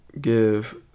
give